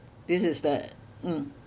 this is the mm